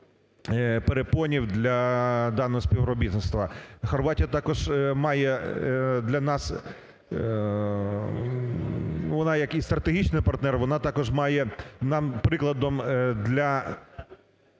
Хорватія також має для нас, вона як і стратегічний партнер, вона також має нам прикладом для